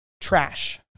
trash